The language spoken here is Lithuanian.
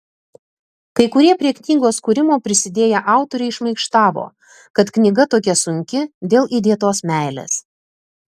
kai kurie prie knygos kūrimo prisidėję autoriai šmaikštavo kad knyga tokia sunki dėl įdėtos meilės